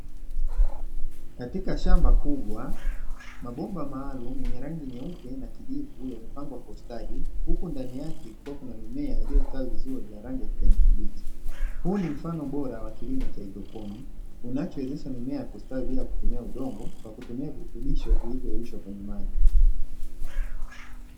Katika shamba kubwa, mabomba maalumu yenye rangi nyeupe na kijivu yaliyopangwa kwa ustadi, huku ndani yake kukiwa na mimea iliyostawi vizuri ya rangi ya kijani kibichi. Huu ni mfano bora wa kilimo cha haidroponi, kinachowezesha mimea na kustawi bila kutumia udongo, kwa kutumia virutubisho vilivyo yeyushwa kwenye maji.